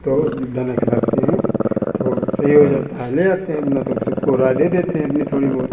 तो जब दाना खिलाते हैं तो सही हो जाता है ले आते हैं अपना तो सबको राय दे देते हैं अपनी थोड़ी बहुत